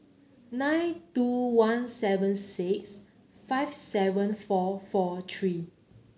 nine two one seven six five seven four four three